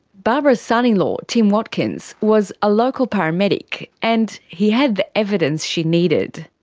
barbara's son-in-law, tim watkins, was a local paramedic and he had the evidence she needed.